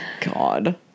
God